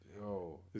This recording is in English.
Yo